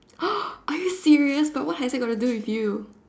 are you serious but what has that got to do with you